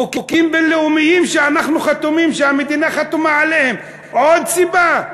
חוקים בין-לאומיים שהמדינה חתומה עליהם, עוד סיבה.